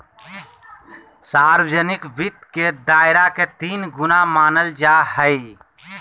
सार्वजनिक वित्त के दायरा के तीन गुना मानल जाय हइ